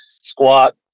Squat